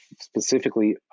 specifically